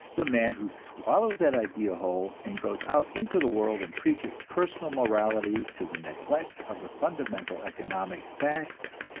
the man who swallows that idea whole, and goes out into the world and preaches personal morality to the neglect of the fundamental economic facts,